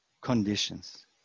Conditions